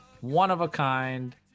one-of-a-kind